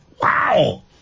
Wow